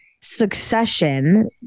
Succession